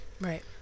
Right